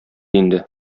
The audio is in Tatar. инде